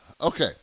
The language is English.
Okay